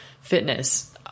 fitness